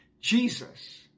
Jesus